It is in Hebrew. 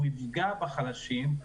הוא יפגע בחלשים,